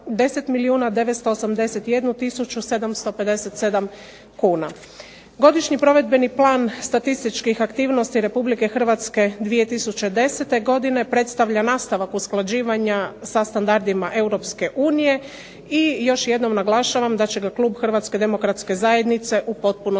Godišnji provedbeni plan statističkih aktivnosti RH 2010. godine predstavlja nastavak usklađivanja sa standardima EU i još jednom naglašavam da će ga klub HDZ-a u potpunosti